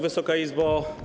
Wysoka Izbo!